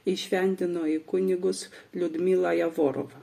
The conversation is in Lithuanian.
įšventino į kunigus liudmilą jegorovą